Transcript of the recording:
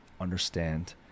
understand